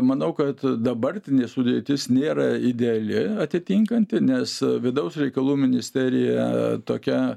manau kad dabartinė sudėtis nėra ideali atitinkanti nes vidaus reikalų ministerija tokia